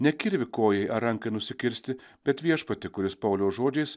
ne kirvį kojai ar rankai nusikirsti bet viešpatį kuris pauliaus žodžiais